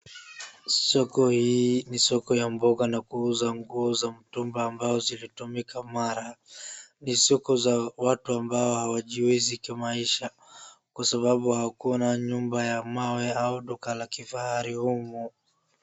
Soko hii ni soko ya mboga na kuuza nguo za mitumba ambazo zilitumika mara. Ni soko za watu ambao hawajiwezi kimaisha kwasababu hakuna nyumba za mawe au duka la kifahari humu.